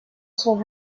son